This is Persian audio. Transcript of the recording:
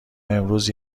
امروز